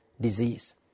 disease